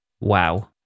Wow